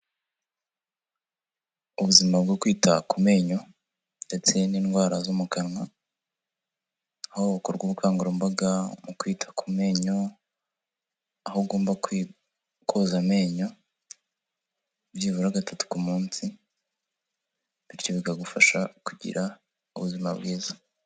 Ubuzima bwo kwita ku menyo ndetse n'indwara zo mu kanwa, aho bukorwa ubukangurambaga mu kwita ku menyo, aho ugomba koza amenyo byibura gatatu ku munsi, bityo bikagufasha kugira ubuzima bwiza.